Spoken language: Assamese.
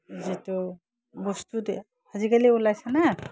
যিটো বস্তু আজিকালি ওলাইছে না